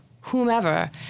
whomever